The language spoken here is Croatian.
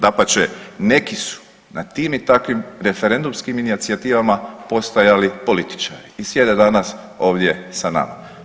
Dapače, neki su na tim i takvim referendumskim inicijativama postajali političari i sjede danas ovdje sa nama.